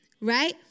Right